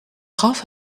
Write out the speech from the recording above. gaf